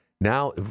now